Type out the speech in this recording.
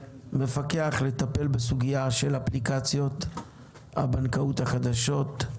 המפקח לטפל בסוגיה של האפליקציות הבנקאיות החדשות,